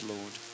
Lord